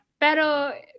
Pero